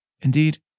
Indeed